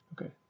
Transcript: Okay